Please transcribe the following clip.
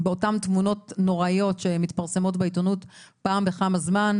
באותן תמונות נוראיות שמתפרסמות בעיתונות פעם בכמה זמן,